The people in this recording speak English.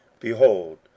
Behold